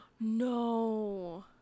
no